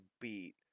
beat